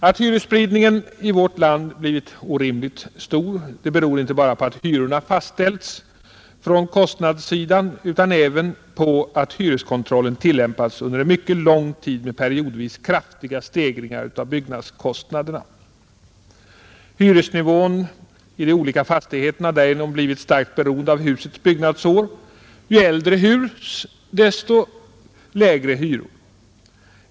Att hyresspridningen i vårt land blivit orimligt stor beror inte bara på att hyrorna fastställts från kostnadssidan utan även på att hyreskontrol len tillämpats under en mycket lång tid med periodvis kraftiga stegringar av byggnadskostnaderna. Hyresnivån i de olika fastigheterna har därigenom blivit starkt beroende av husets byggnadsår — ju äldre hus desto lägre hyror.